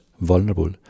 vulnerable